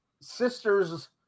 sisters